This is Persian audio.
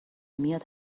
میاد